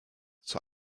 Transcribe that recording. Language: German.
zur